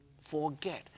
forget